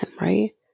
right